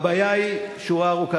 הבעיה היא שורה ארוכה,